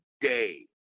day